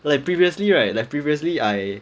like previously right like previously I